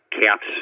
caps